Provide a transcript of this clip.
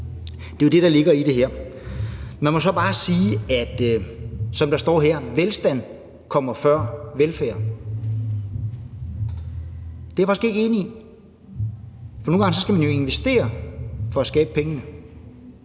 Det er jo det, der ligger i det her. Jeg må så bare sige, at det, som står her, nemlig at velstand kommer før velfærd, er jeg faktisk ikke enig i, for nogle gange skal man jo investere for at skabe pengene.